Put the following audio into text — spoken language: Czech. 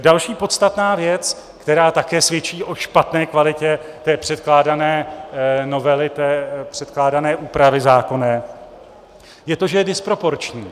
Další podstatná věc, která také svědčí o špatné kvalitě předkládané novely, předkládané úpravy zákonné, je to, že je disproporční.